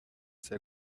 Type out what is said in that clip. sehr